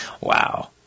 wow